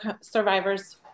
survivors